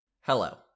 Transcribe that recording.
Hello